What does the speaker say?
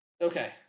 Okay